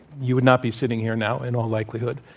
you would not be sitting here now in all likelihood.